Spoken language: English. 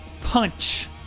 punch